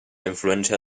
influència